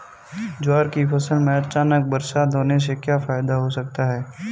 ज्वार की फसल में अचानक बरसात होने से क्या फायदा हो सकता है?